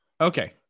Okay